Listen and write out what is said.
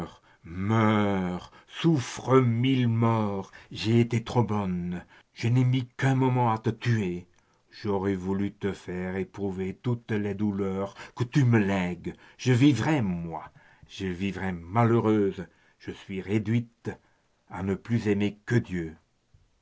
souffre mille morts j'ai été trop bonne je n'ai mis qu'un moment à te tuer j'aurais voulu te faire éprouver toutes les douleurs que tu me lègues je vivrai moi je vivrai malheureuse je suis réduite à ne plus aimer que dieu